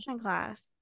class